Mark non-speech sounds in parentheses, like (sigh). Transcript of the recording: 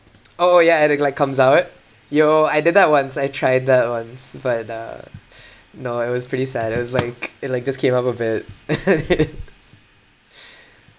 oh oh ya and it like comes out yo I did that once I tried that once but uh (noise) no it was pretty sad it was like it like just came up a bit (laughs) (noise)